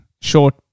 short